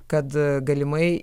kad galimai